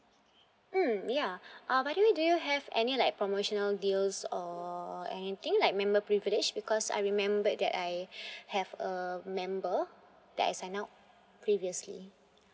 mm ya uh by the way do you have any like promotional deals or anything like member privilege because I remembered that I have a member that I signed up previously